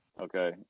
okay